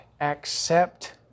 accept